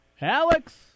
Alex